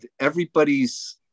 everybody's